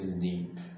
deep